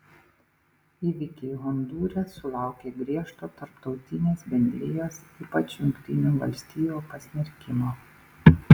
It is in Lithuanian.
įvykiai hondūre sulaukė griežto tarptautinės bendrijos ypač jungtinių valstijų pasmerkimo